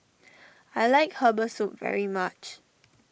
I like Herbal Soup very much